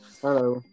Hello